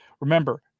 remember